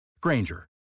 Granger